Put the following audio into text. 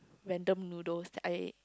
random noodles that I